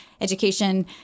education